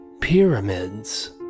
Pyramids